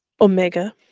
Omega